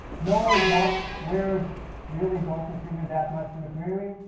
knowing what words really don't contribute that much to the query,